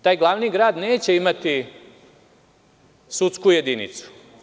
Taj glavni grad neće imati sudsku jedinicu.